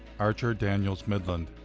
archer daniels midland,